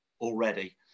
already